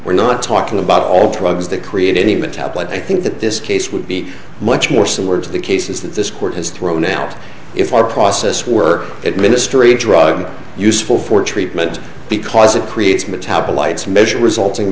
we're not talking about all drugs that create any metabolite i think that this case would be much more similar to the cases that this court has thrown out if our process were at ministre drug useful for treatment because it creates metabolites measure resulting